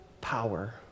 power